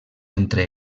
entre